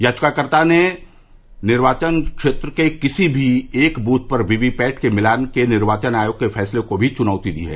याचिकाकर्ताओं ने निवार्चन क्षेत्र के किसी भी एक बूथ पर वीवीपैट के मिलान के निर्वाचन आयोग के फैसले को भी च्नौती दी है